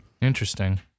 Interesting